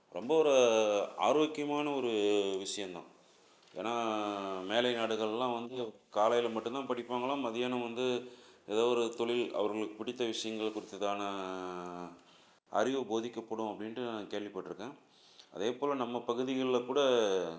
ரொம்ப ஒரு ஆரோக்கியமான ஒரு விஷயந்தான் ஏன்னா மேலை நாடுகள்லாம் வந்து காலையில் மட்டுந்தான் படிப்பாங்களாம் மதியானம் வந்து ஏதோ ஒரு தொழில் அவர்களுக்கு பிடித்த விஷயங்கள் குறித்து தான அறிவு போதிக்கப்படும் அப்படின்ட்டு நான் கேள்விப்பட்டிருக்கேன் அதேபோல் நம்ம பகுதிகளில் கூட